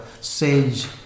sage